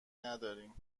نداریم